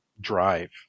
drive